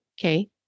okay